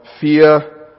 fear